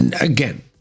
Again